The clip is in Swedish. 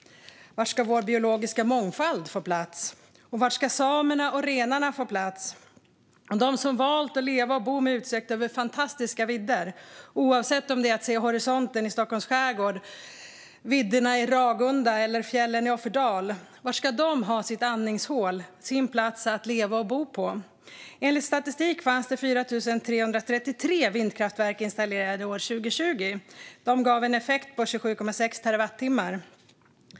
Var ska vår biologiska mångfald få plats? Och var ska samerna och renarna få plats? De som valt att leva och vill bo med utsikt över fantastiska vidder, oavsett om det är horisonten i Stockholms skärgård, vidderna i Ragunda eller fjällen i Offerdal, var ska de ha sitt andningshål, sin plats att leva och bo på? Enligt statistik fanns det 4 333 vindkraftverk installerade 2020. De gav en effekt på 27,6 terawattimmar.